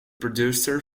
producer